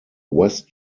west